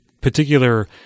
particular